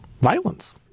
violence